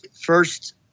first